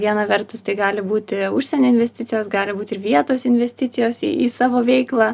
viena vertus tai gali būti užsienio investicijos gali būt ir vietos investicijos į į savo veiklą